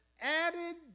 added